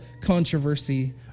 controversy